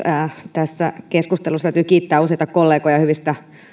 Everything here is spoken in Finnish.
tässä keskustelussa täytyy kiittää useita kollegoja hyvistä